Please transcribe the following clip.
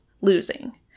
losing